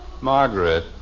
Margaret